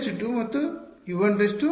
U2 2 ಮತ್ತು U 1 3